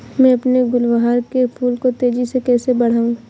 मैं अपने गुलवहार के फूल को तेजी से कैसे बढाऊं?